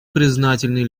признательны